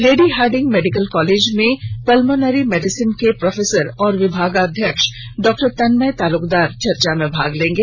lady Hardinge Medical College में pulmonary medicine के professor और विभागाध्यक्ष डॉ तन्मय तालुकदार चर्चा में भाग लेंगे